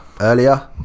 earlier